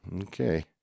okay